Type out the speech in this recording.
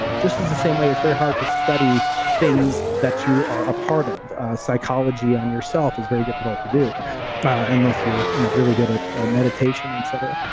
just as the same way it's very hard to study things that you are a part of psychology on yourself is very difficult to do unless you're you know really good at meditation, et cetera.